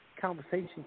conversation